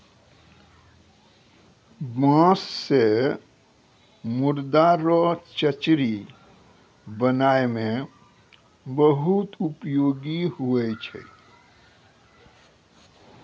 बाँस से मुर्दा रो चचरी बनाय मे बहुत उपयोगी हुवै छै